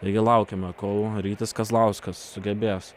taigi laukiame kol rytis kazlauskas sugebės